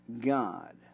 God